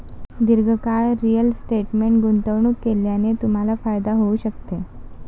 दीर्घकाळ रिअल इस्टेटमध्ये गुंतवणूक केल्याने तुम्हाला फायदा होऊ शकतो